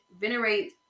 venerate